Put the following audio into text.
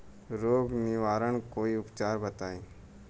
रोग निवारन कोई उपचार बताई?